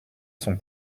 son